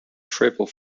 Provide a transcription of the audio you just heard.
triple